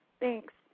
thanks